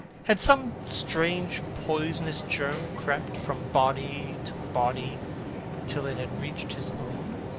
had some strange poisonous germ crept from body to body till it had reached his own?